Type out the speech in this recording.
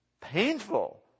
painful